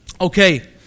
Okay